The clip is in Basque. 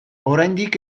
oraindik